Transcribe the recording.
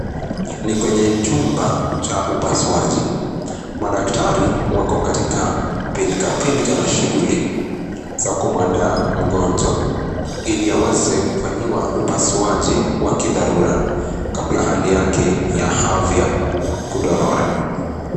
Ni kwenye chumba cha upasuaji, madaktari wako katika pilkapilka na shughuli za kumwandaa mgonjwa ili aweze kufanyiwa upasuaji wa kidharura kabla hali yake ya afya kudorora.